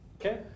Okay